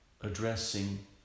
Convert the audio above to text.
addressing